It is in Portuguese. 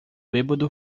bêbado